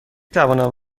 توانم